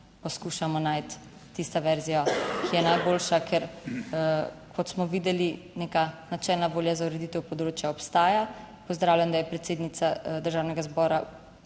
poskušamo najti tisto verzijo, ki je najboljša, ker, kot smo videli, neka načelna volja za ureditev področja obstaja. Pozdravljam, da je predsednica Državnega zbora